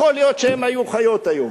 יכול להיות שהן היו חיות היום.